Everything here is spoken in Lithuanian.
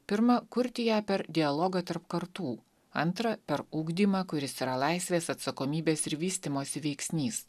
pirma kurti ją per dialogą tarp kartų antra per ugdymą kuris yra laisvės atsakomybės ir vystymosi veiksnys